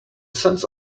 sense